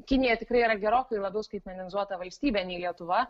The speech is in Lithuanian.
kinija tikrai yra gerokai labiau skaitmenizuota valstybė nei lietuva